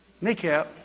kneecap